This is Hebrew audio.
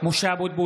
(קורא בשמות חברי הכנסת) משה אבוטבול,